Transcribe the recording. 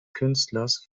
künstlers